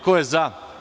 Ko je za?